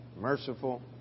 merciful